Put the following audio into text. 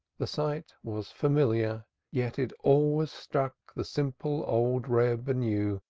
the sight was familiar yet it always struck the simple old reb anew,